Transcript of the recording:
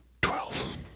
Twelve